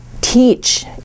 teach